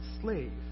slave